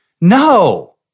No